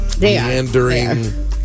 meandering